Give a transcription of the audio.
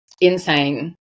insane